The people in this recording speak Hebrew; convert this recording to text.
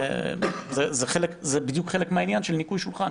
זה בדיוק חלק מהעניין של ניקוי שולחן,